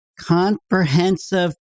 comprehensive